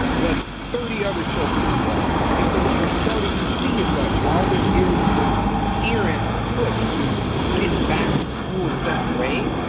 but thirty other children as well. and so what we're starting to see is that while there is this period push to get back into school in some way,